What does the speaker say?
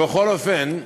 בכל אופן,